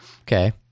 Okay